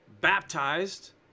baptized